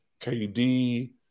KD